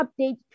update